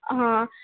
ہاں